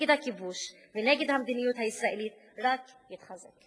הכיבוש ונגד המדיניות הישראלית רק יתחזק.